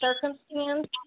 circumstance